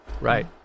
right